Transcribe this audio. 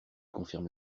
confirme